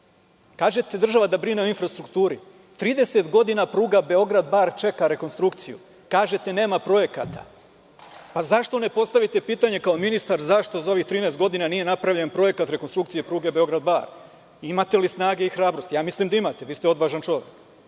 da država brine o infrastrukturi? Trideset godina pruga Beograd-Bar čeka rekonstrukciju. Kažete – nema projekata. Zašto ne postavite pitanje kao ministar, zašto za ovih 13 godina nije napravljen projekat rekonstrukcije pruge Beograd-Bar? Imate li snage i hrabrosti? Ja mislim da imate, odvažan ste čovek.